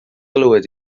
glywed